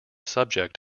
subject